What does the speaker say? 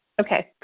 Okay